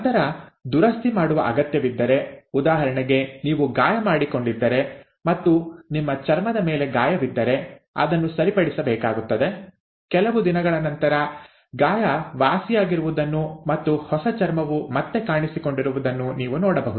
ನಂತರ ದುರಸ್ತಿ ಮಾಡುವ ಅಗತ್ಯವಿದ್ದರೆ ಉದಾಹರಣೆಗೆ ನೀವು ಗಾಯ ಮಾಡಿಕೊಂಡಿದ್ದರೆ ಮತ್ತು ನಿಮ್ಮ ಚರ್ಮದ ಮೇಲೆ ಗಾಯವಿದ್ದರೆ ಅದನ್ನು ಸರಿಪಡಿಸಬೇಕಾಗುತ್ತದೆ ಕೆಲವು ದಿನಗಳ ನಂತರ ಗಾಯ ವಾಸಿಯಾಗಿರುವುದನ್ನು ಮತ್ತು ಹೊಸ ಚರ್ಮವು ಮತ್ತೆ ಕಾಣಿಸಿಕೊಂಡಿರುವುದನ್ನು ನೀವು ನೋಡಬಹುದು